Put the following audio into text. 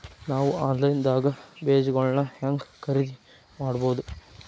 ನಾವು ಆನ್ಲೈನ್ ದಾಗ ಬೇಜಗೊಳ್ನ ಹ್ಯಾಂಗ್ ಖರೇದಿ ಮಾಡಬಹುದು?